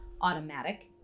automatic